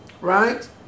right